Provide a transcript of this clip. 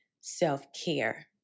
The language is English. self-care